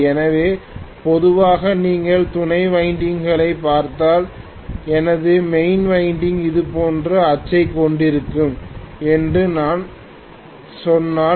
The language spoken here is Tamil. எனவே பொதுவாக நீங்கள் துணை வைண்டிங் களைப் பார்த்தால் எனது மெயின் வைண்டிங் இது போன்ற அச்சைக் கொண்டிருக்கும் என்று நான் சொன்னால்